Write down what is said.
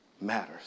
matters